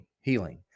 healing